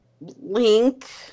link